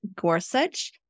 Gorsuch